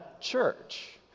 church